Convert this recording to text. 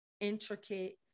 intricate